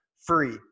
Free